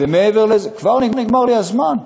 כבר נגמר לי הזמן?